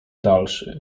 dalszy